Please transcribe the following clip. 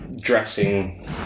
dressing